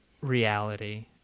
reality